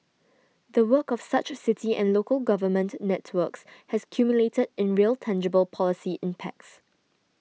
the work of such city and local government networks has culminated in real tangible policy impacts